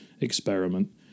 experiment